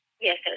Yes